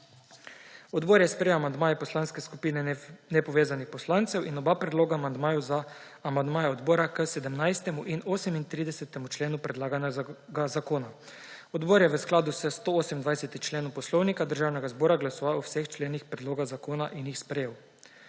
Odbor je sprejel amandmaje Poslanske skupine nepovezanih poslancev in oba predloga amandmajev za amandmaja odbora k 17. in 38. členu predlaganega zakona. Odbor je v skladu s 128. členom Poslovnika Državnega zbora glasoval o vseh členih predloga zakona in jih sprejel.